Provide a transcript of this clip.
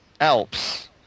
Alps